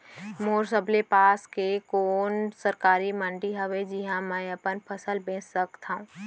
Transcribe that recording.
मोर सबले पास के कोन सरकारी मंडी हावे जिहां मैं अपन फसल बेच सकथव?